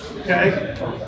okay